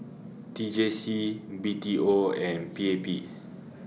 T J C B T O and P A P